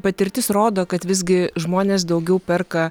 patirtis rodo kad visgi žmonės daugiau perka